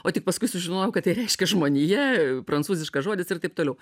o tik paskui sužinojau kad tai reiškia žmonija prancūziškas žodis ir taip toliau